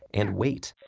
and weight.